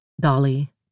Dolly